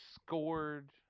Scored